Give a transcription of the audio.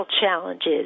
challenges